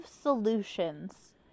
solutions